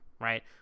Right